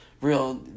real